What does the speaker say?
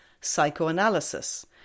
psychoanalysis